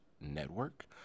Network